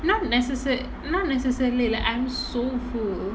not necessar~ not necessarily lah I'm so full